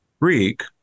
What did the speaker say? Greek